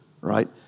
right